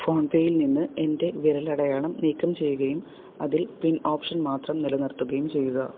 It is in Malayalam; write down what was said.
ഫോൺപേയിൽ നിന്ന് എൻ്റെ വിരലടയാളം നീക്കം ചെയ്യുകയും അതിൽ പിൻ ഓപ്ഷൻ മാത്രം നിലനിർത്തുകയും ചെയ്യുക